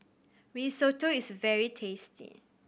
risotto is very tasty